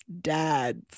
dads